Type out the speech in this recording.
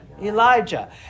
Elijah